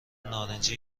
نارنجی